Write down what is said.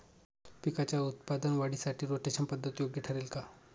पिकाच्या उत्पादन वाढीसाठी रोटेशन पद्धत योग्य ठरेल का?